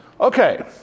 Okay